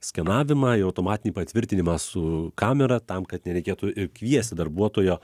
skenavimą i automatinį patvirtinimą su kamera tam kad nereikėtų ir kviesti darbuotojo